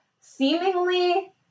seemingly